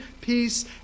peace